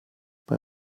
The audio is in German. bei